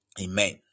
Amen